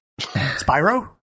Spyro